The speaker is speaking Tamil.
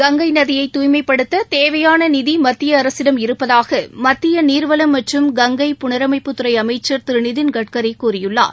கங்கை நதியை தூய்மைப்படுத்த தேவையான நிதி மத்திய அரசிடம் இருப்பதாக மத்திய நீர்வளம் மற்றும் கங்கை புனரமைப்புத்துறை அமைச்சர் திரு நிதின் கட்கரி கூறியுள்ளார்